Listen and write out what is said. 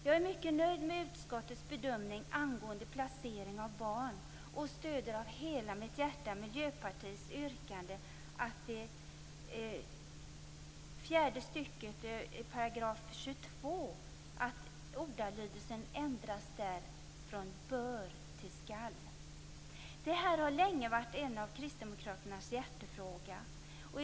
Jag är mycket nöjd med utskottets bedömning angående placering av barn och stöder av hela mitt hjärta Miljöpartiets yrkande att ordalydelsen i 22 § Detta har länge varit en av Kristdemokraternas hjärtefrågor.